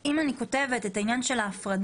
אם אני כותבת את העניין של ההפרדה,